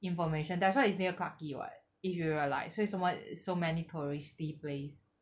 information that's why is near clarke quay [what] if you realise 为什么 so many touristy place